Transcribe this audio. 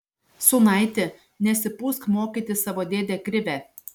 sūnaiti nesipūsk mokyti savo dėdę krivę